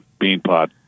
Beanpot